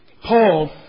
Paul